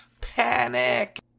panic